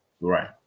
Right